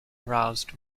aroused